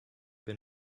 been